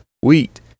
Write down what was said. wheat